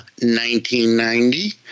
1990